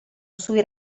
sui